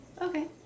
okay